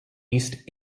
east